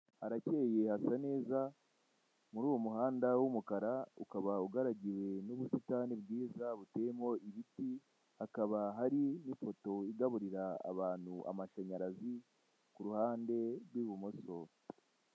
Harakeye hasa neza muri uwo muhanda w'umukara ukaba ugaragiwe n'ubusitani bwiza buteyemo ibiti hakaba hari n'ifoto igaburira abantu amashanyarazi ku ruhande rw'ibumoso.